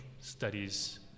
studies